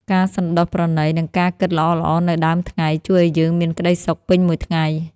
ការសន្តោសប្រណី និងការគិតល្អៗនៅដើមថ្ងៃ ជួយឱ្យយើងមានក្តីសុខពេញមួយថ្ងៃ។